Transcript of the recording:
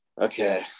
okay